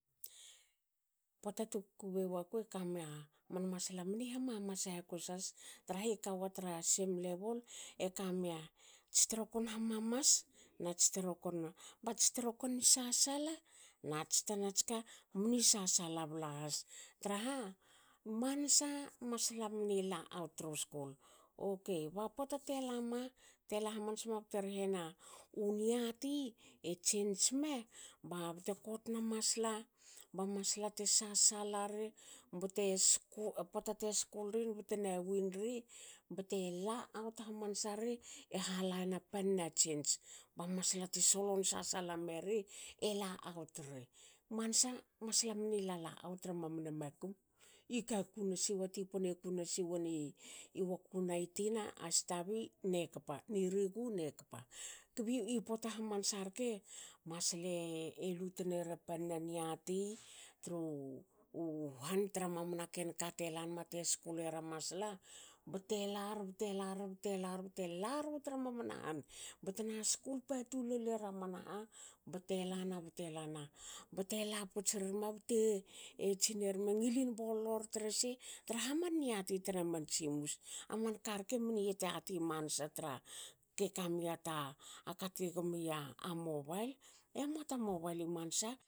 Pota tu kukubei waku ekamia man masla mni hamamas hakos has trahi kawa tra same level ekamia trekon hamamas nats terokon bats terokon sasala. nats tanats ka mni sasala bla has. traha mansa masla mni la aut tru skul, okei ba pota te lama tela hamansa nma bte rehena u niati e change ma ba bte kotna masla ba masla te sasala ri bte pota te skul rin betna winri bte la out hamansa ri. e hala na panna change. ba masla te solon sasala meriela out ri. Mansa masala mni lala out tra mamna makum. ika ku nasi wa ti pne kunasiwin i wakunai tina asitavi e kapa ni rigu ne kapa. Kbi pota hamansa rke masle elu tneru pannu niati tru han tra mamana ken ka te lanma telanma te skul era masla bte lar- bte lar- bte lar- laru tra maman han btena skul patu lolera man ha. bte lana bte lana te laputs rme bte tsiner me ngilin bollor trese trah man niati tna man tsimus, aman ka rke mni yat yati mansa tra ke kamia kati gomia mobail. emua ta mobail i mansa